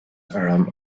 orm